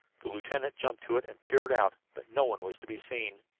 the lieutenant jumped to it and peered out, but no one was to be seen.